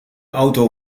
auto